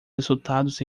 resultados